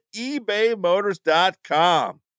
ebaymotors.com